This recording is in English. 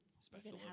Special